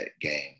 game